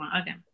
okay